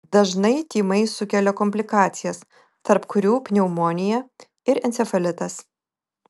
dažnai tymai sukelia komplikacijas tarp kurių pneumonija ir encefalitas